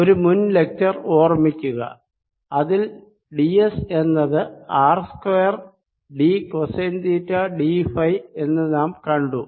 ഒരു മുൻ ലെക്ച്ചർ ഓർമ്മിക്കുക അതിൽ d s എന്നത് R square d cosine theta d phi എന്ന് നാം കണ്ടു